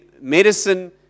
Medicine